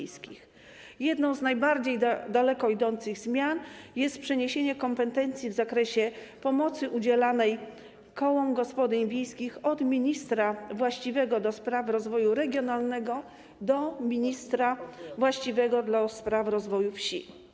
Jedną z najbardziej daleko idących zmian jest przeniesienie kompetencji w zakresie pomocy udzielanej kołom gospodyń wiejskich z ministra właściwego do spraw rozwoju regionalnego na ministra właściwego do spraw rozwoju wsi.